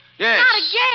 Yes